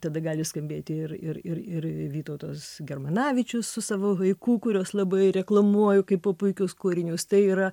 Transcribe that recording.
tada gali skambėti ir ir ir ir vytautas germanavičius su savo haiku kuriuos labai reklamuoju kaipo puikius kūrinius tai yra